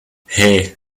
hey